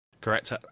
Correct